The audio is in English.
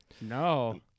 No